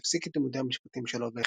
אז הפסיק את לימודי המשפטים שלו,